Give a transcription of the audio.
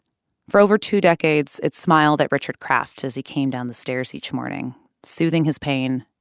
for over two decades, it smiled at richard kraft as he came down the stairs each morning, soothing his pain,